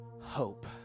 hope